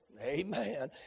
amen